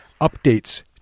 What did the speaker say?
updates